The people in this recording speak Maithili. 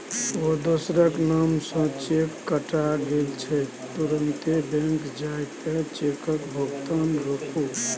यौ दोसरक नाम सँ चेक कटा गेल छै तुरते बैंक जाए कय चेकक भोगतान रोकु